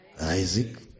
Isaac